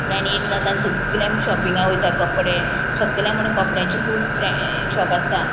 friend एक जाता आनी सगळीं आमी शॉपिंगां वयता कपडे सगळ्यांक म्हण कपड्यांची खूब फ्रे शॉक आसता